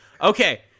okay